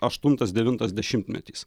aštuntas devintas dešimtmetis